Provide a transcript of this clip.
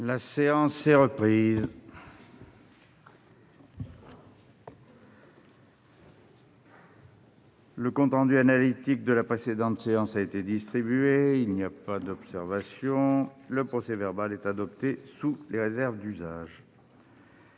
La séance est ouverte. Le compte rendu analytique de la précédente séance a été distribué. Il n'y a pas d'observation ?... Le procès-verbal est adopté sous les réserves d'usage.